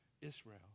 Israel